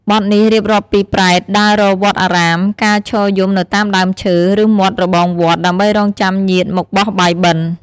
បទនេះរៀបរាប់ពីប្រេតដើររកវត្តអារាម ការឈរយំនៅតាមដើមឈើ ឬមាត់របងវត្ត ដើម្បីរង់ចាំញាតិមកបោះបាយបិណ្ឌ។